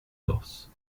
corses